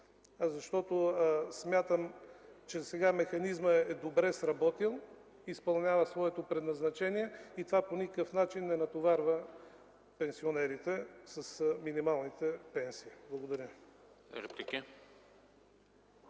защото смятам, че сега механизмът е добре сработил, изпълнява своето предназначение и това по никакъв начин не натоварва пенсионерите с минималните пенсии. Благодаря.